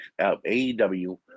AEW